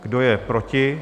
Kdo je proti?